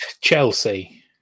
Chelsea